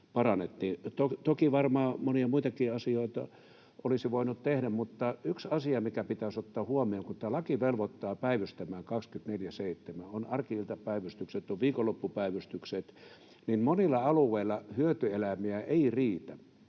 Toki varmaan monia muitakin asioita olisi voinut tehdä, mutta yksi asia, mikä pitäisi ottaa huomioon: Kun tämä laki velvoittaa päivystämään 24/7 — on arki-iltapäivystykset, on viikonloppupäivystykset — niin monilla alueilla hyötyeläimiä ei riitä,